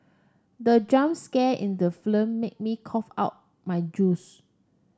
the jump scare in the made me cough out my juice